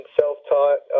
self-taught